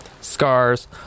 Scars